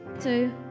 two